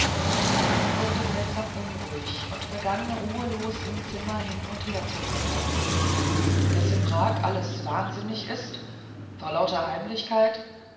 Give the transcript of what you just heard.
sie wurde seltsam unruhig und begann ruhelos im zimmer hin und her zu wandern daß in prag alles wahnsinnig is vor lauter heimlichkeit